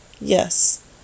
Yes